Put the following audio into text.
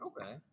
Okay